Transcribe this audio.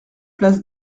place